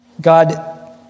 God